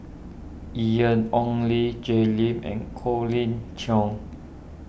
Ian Ong Li Jay Lim and Colin Cheong